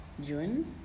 June